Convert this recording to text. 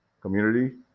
community